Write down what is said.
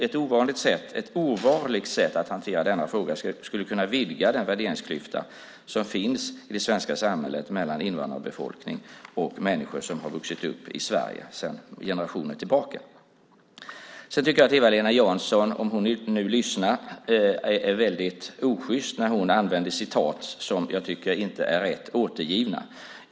Ett ovarligt sätt att hantera denna fråga skulle kunna vidga den värderingsklyfta som finns i det svenska samhället mellan invandrarbefolkning och människor som har vuxit upp i Sverige sedan generationer tillbaka. Jag tycker att Eva-Lena Jansson är väldig osjyst när hon använder citat som jag inte tycker är rätt återgivna.